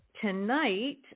tonight